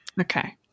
Okay